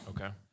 Okay